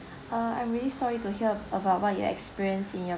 uh I'm really sorry to hear about what your experienced in your